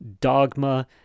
dogma